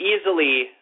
easily